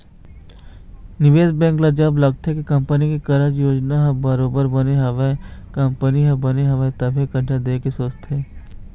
निवेश बेंक ल जब लगथे के कंपनी के कारज योजना ह बरोबर बने हवय ओखर कंपनी ह बने हवय तभे करजा देय के सोचथे